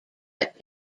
but